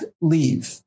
leave